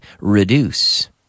reduce